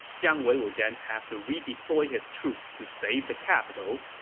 jiang wei will then have to redeploy his troops to save the capital,